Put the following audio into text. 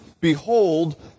Behold